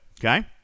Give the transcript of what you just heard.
Okay